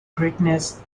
greatness